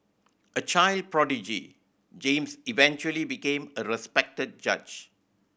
a child prodigy James eventually became a respected judge